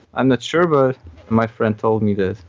i'm not sure, but my friend told me this.